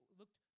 looked